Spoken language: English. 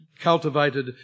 cultivated